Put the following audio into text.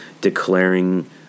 declaring